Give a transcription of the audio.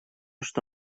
что